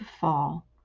fall